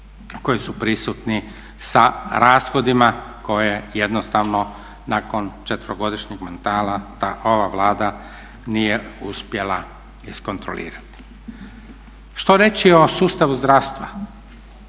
koji su prisutni sa rashodima koje jednostavno nakon četverogodišnjeg mandata ova Vlada nije uspjela iskontrolirati. Što reći o sustavu zdravstva?